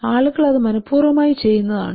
ആളുകൾ അത് മനപൂർവ്വമായി ചെയ്യുന്നതാണ്